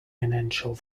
financial